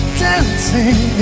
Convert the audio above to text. dancing